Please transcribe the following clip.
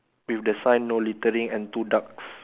with the sign no littering and two ducks